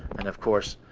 and of course,